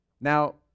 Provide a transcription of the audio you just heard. Now